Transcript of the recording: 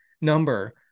number